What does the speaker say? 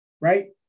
right